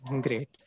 Great